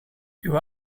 you